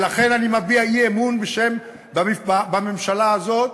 ולכן אני מביע אי-אמון בממשלה הזאת,